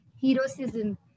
heroism